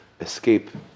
escape